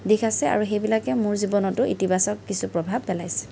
দিশ আছে আৰু সেইবিলাকে মোৰ জীৱনতো ইতিবাচক কিছু প্ৰভাৱ পেলাইছে